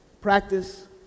practice